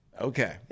Okay